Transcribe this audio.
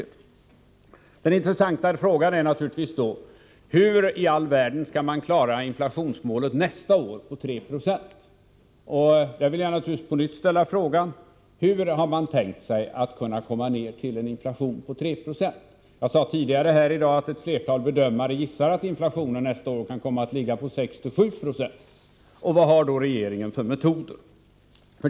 Den intressanta frågan är naturligtvis: Hur i all världen skall regeringen klara inflationsmålet 3 20 för nästa år? Jag vill alltså på nytt fråga hur regeringen har tänkt sig att komma ner till en inflation på 3 26. Jag sade tidigare att ett flertal bedömare gissar att inflationen nästa år kan komma att ligga på 6-7 90. Vilka metoder tänker regeringen använda för att få den att stanna vid 3 26?